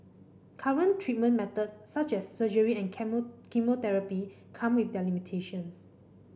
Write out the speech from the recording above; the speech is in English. current treatment methods such as surgery and chemotherapy come with their limitations